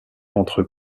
entre